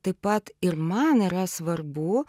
taip pat ir man yra svarbu